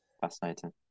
Fascinating